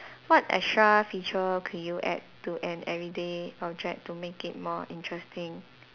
what extra feature can you add to an everyday object to make it more interesting